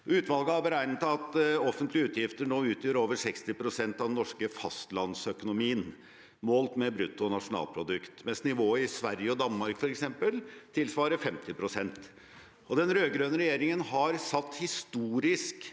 Utvalget har beregnet at offentlige utgifter nå utgjør over 60 pst. av den norske fastlandsøkonomien målt med bruttonasjonalprodukt, mens nivået i Sverige og Danmark, f.eks., tilsvarer 50 pst. Den rød-grønne regjeringen har satt historisk